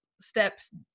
steps